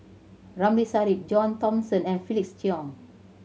Ramli Sarip John Thomson and Felix Cheong